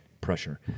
pressure